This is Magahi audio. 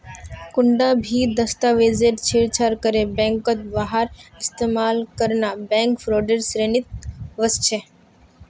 कुंटा भी दस्तावेजक छेड़छाड़ करे बैंकत वहार इस्तेमाल करना बैंक फ्रॉडेर श्रेणीत वस्छे